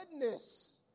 goodness